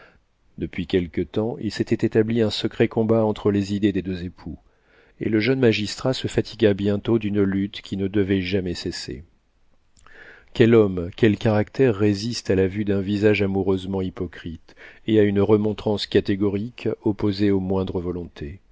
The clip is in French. depuis quelque temps il s'était établi un secret combat entre les idées des deux époux et le jeune magistrat se fatigua bientôt d'une lutte qui ne devait jamais cesser quel homme quel caractère résiste à la vue d'un visage amoureusement hypocrite et à une remontrance catégorique opposée aux moindres volontés